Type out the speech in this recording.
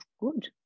good